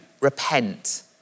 repent